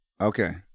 Okay